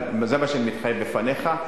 אבל זה מה שאני מתחייב בפניך,